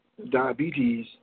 Diabetes